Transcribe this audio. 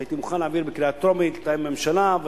שהייתי מוכן להעביר בקריאה טרומית ולתאם עם הממשלה,